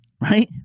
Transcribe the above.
right